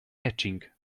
etching